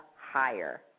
higher